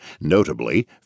Notably